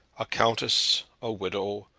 a countess, a widow,